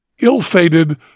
ill-fated